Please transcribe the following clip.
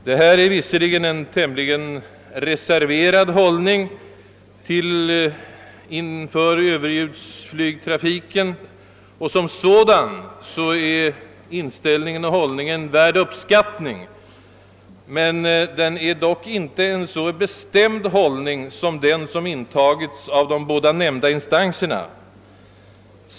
Denna villkorliga hållning till överljudstrafiken är visserligen uttalat reserverad — och som sådan värd uppskattning — men hållningen är inte så bestämd som den som intagits av de båda nyss nämnda instanserna.